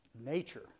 nature